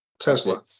tesla